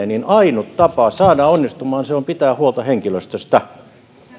niin ainut tapa saada se onnistumaan on pitää huolta henkilöstöstä